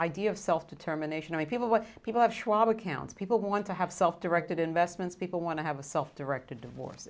idea of self determination of people what people have schwab accounts people who want to have self directed investments people want to have a self directed divorce